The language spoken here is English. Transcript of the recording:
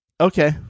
okay